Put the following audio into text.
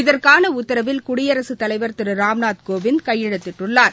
இதற்கான உத்தரவில் குடியரசுத் தலைவர் திரு ராம்நாத் கோவிந்த் கையெழுத்திட்டுள்ளார்